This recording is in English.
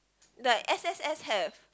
like S_S_S have